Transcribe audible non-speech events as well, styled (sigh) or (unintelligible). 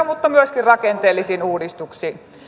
(unintelligible) mutta myöskin rakenteellisia uudistuksia